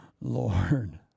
Lord